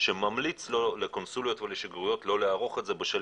שממליץ לקונסוליות ולשגרירויות לא לערוך את זה בשל